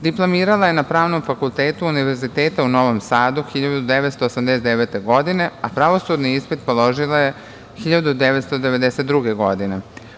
Diplomirala je na Pravnom fakultetu Univerziteta u Novom Sadu 1989. godine, a pravosudni ispit položila je 1992. godine.